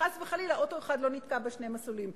שחס וחלילה אוטו אחד לא נתקע בשני מסלולים.